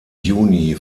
juni